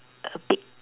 a big